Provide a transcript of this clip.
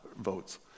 votes